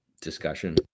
discussion